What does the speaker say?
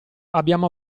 abbiamo